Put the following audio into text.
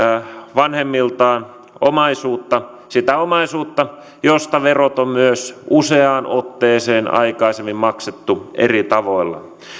vanhemmiltaan omaisuutta sitä omaisuutta josta verot on myös useaan otteeseen aikaisemmin maksettu eri tavoilla